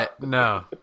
No